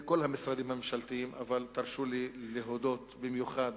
בכל המשרדים הממשלתיים, אבל תרשו לי להודות במיוחד